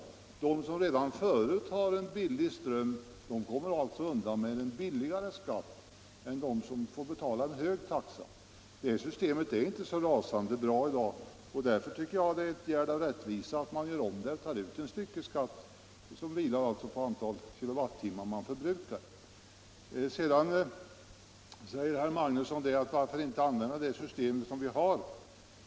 De som redan förut har en billig ström kommer undan med en lägre skatt än de som får betala enligt en hög taxa. Jag tycker att det är en gärd av rättvisa att man tar ut en styckeskatt, grundad på det antal kilowattimmar som förbrukas. Vidare frågar herr Magnusson: Varför inte använda det system som vi har?